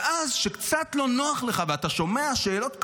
ואז כשקצת לא נוח לך ואתה שומע שאלות קשות,